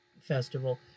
festival